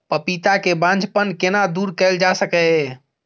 पपीता के बांझपन केना दूर कैल जा सकै ये?